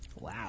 Wow